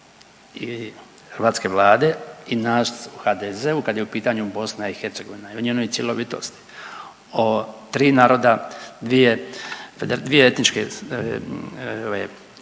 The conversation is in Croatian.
i hrvatske vlade i nas u HDZ-u kada je u pitanju BiH i o njenoj cjelovitosti, o tri naroda dvije etničke